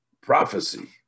prophecy